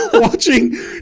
Watching